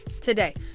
today